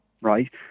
Right